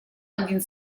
один